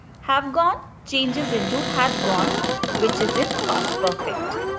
have gone changes into had gone which is in past perfect.